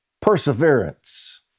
Perseverance